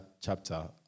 chapter